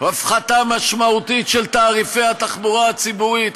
הפחתה משמעותית של תעריפי התחבורה הציבורית.